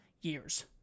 years